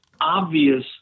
obvious